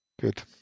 Good